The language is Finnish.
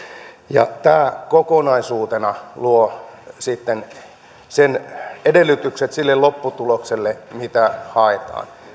ja tämä kokonaisuutena luo sitten edellytykset sille lopputulokselle mitä haetaan